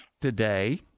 today